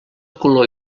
color